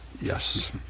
Yes